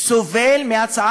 סובל ממנה.